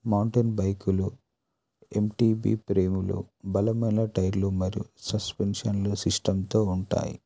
mountain బైకులు MTB ఫ్రేములో బలమైన టైర్లు మరియు సస్పెన్షన్లు సిస్టంతో ఉంటాయి